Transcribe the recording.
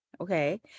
okay